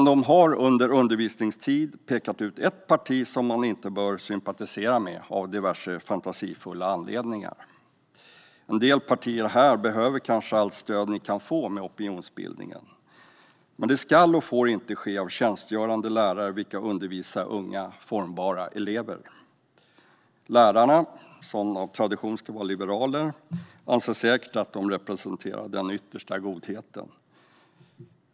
De har under undervisningstid pekat ut ett parti som man inte bör sympatisera med av diverse olika fantasifulla anledningar. En del partier här behöver kanske allt stöd med opinionsbildning de kan få. Men det ska och får inte ske av tjänstgörande lärare, vilka undervisar unga och formbara elever. Lärarna, som av tradition ska vara liberaler, anser säkert att de representerar den yttersta godheten.